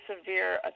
severe